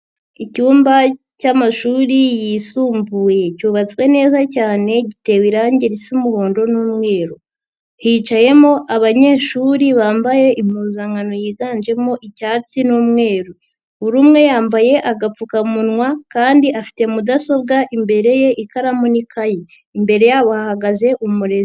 Icyumba cy'amashuri yisumbuye cyubatswe neza cyane giterawe irangi risa umuhondo n'umweru, hicayemo abanyeshuri bambaye impuzankano yiganjemo icyatsi n'umweru, buri umwe yambaye agapfukamunwa kandi afite mudasobwa imbere ye ikaramu n'ikayi, imbere yabo hahagaze umurezi.